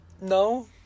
No